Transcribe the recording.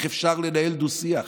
איך אפשר לנהל דו-שיח?